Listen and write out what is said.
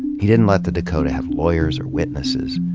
he didn't let the dakota have lawyers or witnesses.